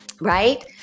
right